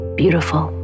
beautiful